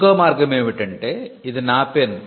ఇంకో మార్గం ఏమిటంటే ఇది నా పెన్